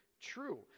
true